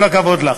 כל הכבוד לך.